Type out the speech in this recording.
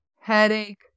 headache